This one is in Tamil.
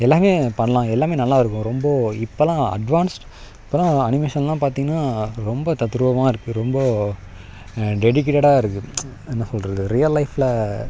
எல்லாம் பண்ணலாம் எல்லாம் நல்லா இருக்கும் ரொம்ப இப்போலாம் அட்வான்ஸ் இப்போலாம் அனிமேஷன்லாம் பார்த்திங்கனா அது ரொம்ப தத்துருவமாக இருக்குது ரொம்ப டெடிக்கேட்டடாக இருக்குது என்ன சொல்லுறது ரியல் லைஃபில்